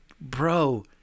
bro